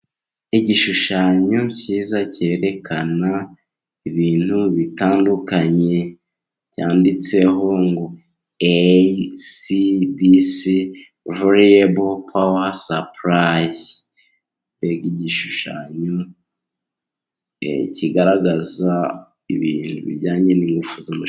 Igishushanyo cyiza, cyerekana ibintu bitandukanye, byanditseho ngo ecdc variyabo powa supurayi, ni igishushanyo kigaragaza ibintu bijyanye n'ingufu z'umuriro.